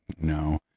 No